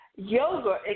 Yoga